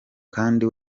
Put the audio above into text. kandi